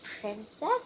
princess